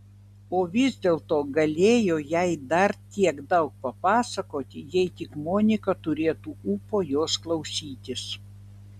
o vis dėlto galėjo jai dar tiek daug papasakoti jei tik monika turėtų ūpo jos klausytis